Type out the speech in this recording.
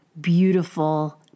beautiful